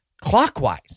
clockwise